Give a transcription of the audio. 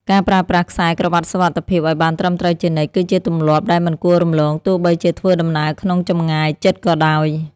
ការប្រើប្រាស់ខ្សែក្រវាត់សុវត្ថិភាពឱ្យបានត្រឹមត្រូវជានិច្ច គឺជាទម្លាប់ដែលមិនគួររំលងទោះបីជាធ្វើដំណើរក្នុងចម្ងាយជិតក៏ដោយ។